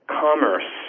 commerce